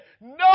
no